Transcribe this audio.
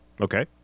Okay